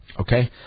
okay